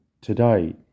today